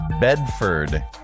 Bedford